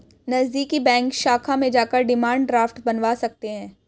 नज़दीकी बैंक शाखा में जाकर डिमांड ड्राफ्ट बनवा सकते है